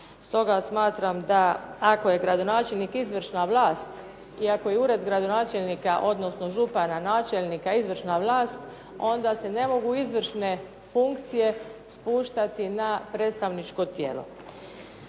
Stoga smatram da ako je gradonačelnik izvršna vlast i ako je ured gradonačelnika odnosno župana, načelnika izvršna vlast onda se ne mogu izvršne funkcije spuštati na predstavničko tijelo.